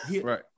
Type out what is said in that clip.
Right